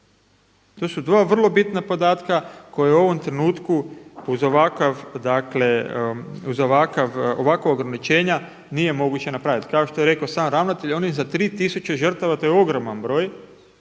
To su dva vrlo bitna podatka koja u ovom trenutku uz ovakva ograničenja nije moguće napraviti. Kao što je rekao sam ravnatelj oni za 3000 žrtava, to je ogroman broj,